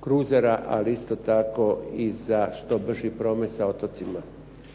kruzera, ali isto tako i za što brži promet sa otocima.